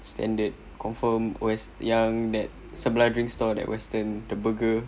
standard confirm oh yang that sebelah drink store that western the burger